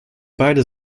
beide